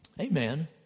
Amen